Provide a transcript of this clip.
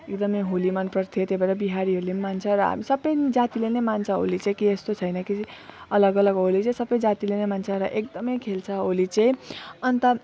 एकदम होली मन पर्थ्यो त्यही भएर बिहारीहरूले मान्छ र हामी सबै जातिले नै मान्छ होली चाहिँ केही यस्तो छैन कि अलग अलग होली चाहिँ सबै जातिले नै मान्छ र एकदम खेल्छ होली चाहिँ अन्त